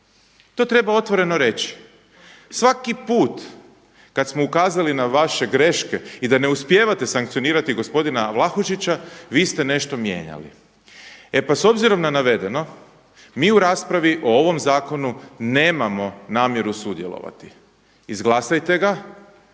To treba otvoreno reći. Svaki put kad smo ukazali na vaše greške i da ne uspijevate sankcionirati gospodina Vlahušića vi ste nešto mijenjali. E pa s obzirom na navedeno, mi u raspravi o ovom zakonu nemamo namjeru sudjelovati. Izglasajte ga,